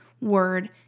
word